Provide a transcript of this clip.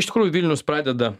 iš tikrųjų vilnius pradeda